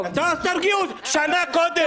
תרגיעו, שנה קודם.